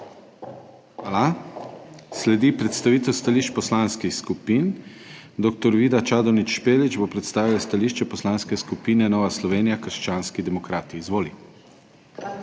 Hvala. Sledi predstavitev stališč poslanskih skupin. Dr. Vida Čadonič Špelič bo predstavila stališče Poslanske skupine Nova Slovenija – krščanski demokrati. Izvoli. **DR.